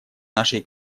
нашей